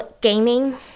gaming